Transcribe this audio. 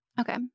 Okay